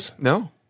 No